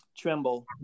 tremble